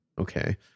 okay